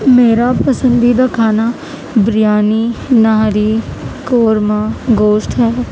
میرا پسندیدہ کھانا بریانی نہاری قورمہ گوشت ہے